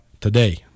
today